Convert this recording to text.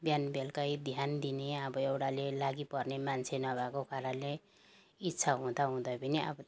बिहान बेलुकै ध्यान दिने अब एउटाले लागिपर्ने मान्छे नभएको कारणले इच्छा हुँदा हुँदै पनि अब